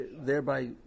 thereby